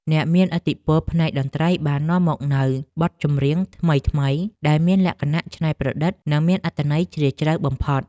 អ្នកមានឥទ្ធិពលផ្នែកតន្ត្រីបាននាំមកនូវបទចម្រៀងថ្មីៗដែលមានលក្ខណៈច្នៃប្រឌិតនិងមានអត្ថន័យជ្រាលជ្រៅបំផុត។